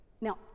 Now